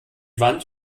wand